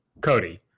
Cody